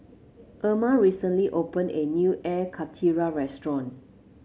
Emma recently open a new Air Karthira restaurant